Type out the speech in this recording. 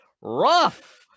rough